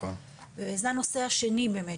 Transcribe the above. זה הנושא השני באמת